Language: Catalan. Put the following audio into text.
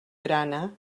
grana